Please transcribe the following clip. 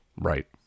Right